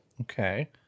okay